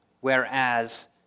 whereas